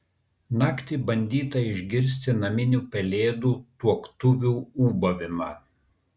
naktį bandyta išgirsti naminių pelėdų tuoktuvių ūbavimą